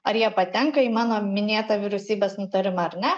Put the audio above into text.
ar jie patenka į mano minėtą vyriausybės nutarimą ar ne